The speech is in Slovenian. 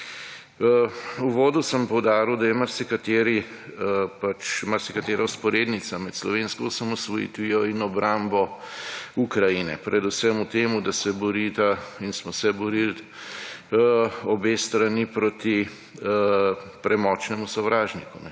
V uvodu sem poudaril, da je marsikatera vzporednica med slovensko osamosvojitvijo in obrambo Ukrajine predvsem v tem, da se borita in smo se borili obe strani proti premočnemu sovražniku.